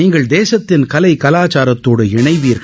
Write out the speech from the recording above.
நீங்கள் தேசத்தின் கலை கலாச்சாரத்தோடு இனைவீர்கள்